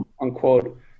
unquote